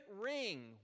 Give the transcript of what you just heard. ring